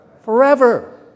Forever